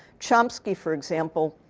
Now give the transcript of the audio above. chomsky, for example,